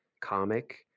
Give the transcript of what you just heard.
comic